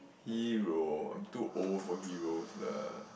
hero I'm too old for heroes lah